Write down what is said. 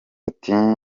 ati